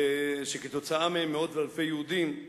שבגללם מאות ואלפי יהודים,